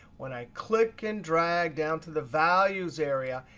when i click and drag down to the values area,